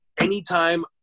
anytime